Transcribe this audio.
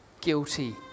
guilty